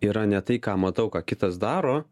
yra ne tai ką matau ką kitas daro